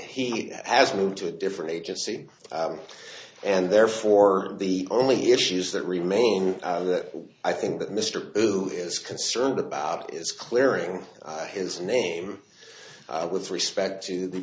he has moved to a different agency and therefore the only issues that remain that i think that mr hu is concerned about is clearing his name with respect to the